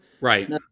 Right